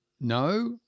No